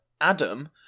Adam